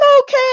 Okay